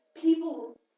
people